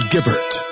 Gibbert